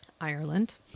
Ireland